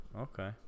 Okay